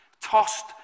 tossed